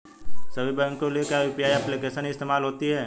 सभी बैंकों के लिए क्या यू.पी.आई एप्लिकेशन ही इस्तेमाल होती है?